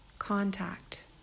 contact